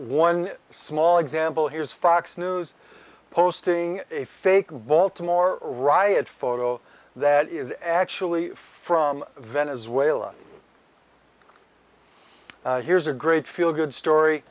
one small example here's fox news posting a fake baltimore riot photo that is actually from venezuela here's a great feel good story